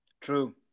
True